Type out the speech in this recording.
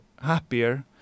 Happier